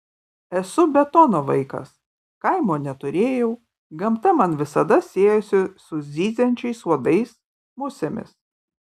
esu betono vaikas kaimo neturėjau gamta man visada siejosi su zyziančiais uodais musėmis